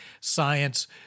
science